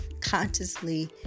consciously